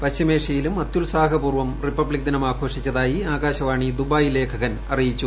പശ്ചിമേഷ്യയിലും അത്യുത്സാഹപൂർവ്വം റിപ്പബ്ലിക് ദിനം ആഘോഷിച്ചതായി ആകാശവാണി ദുബായ് ലേഖകൻ അറിയിച്ചു